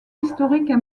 historiques